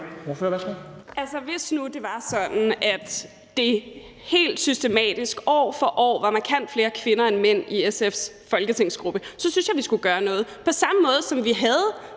hvis nu det var sådan, at der helt systematisk år for år var markant flere kvinder end mænd i SF's folketingsgruppe, så synes jeg at vi skulle gøre noget. Det er på samme måde, som vi havde